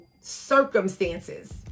circumstances